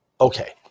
Okay